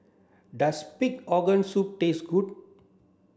does pig organ soup taste good